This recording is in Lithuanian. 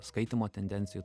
skaitymo tendencijų